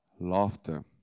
Laughter